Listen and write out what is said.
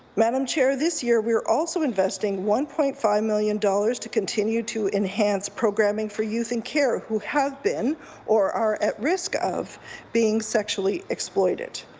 madam chair, this year we're also investing one point five million dollars to continue to enhance programming for youth in care who have been or are at risk of being sexually exploited.